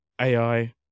AI